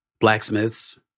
blacksmiths